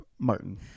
Martin